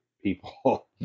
people